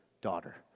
daughter